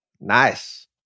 Nice